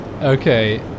Okay